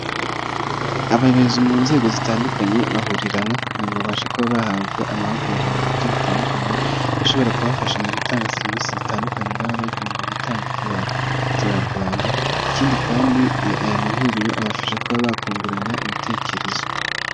Abayobozi mu nzego zitandukanye, bahurira hamwe kugira ngo babashe kuba bahabwa amahugurwa mu buryo butandukanye, ashobora kubafasha mu gutanga serivisi zitandukanye baba bagomba gutanga ku baturarwanda, ikindi kandi aya mahuriro abafasha kuba bakungurana ibitekerezo.